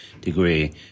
degree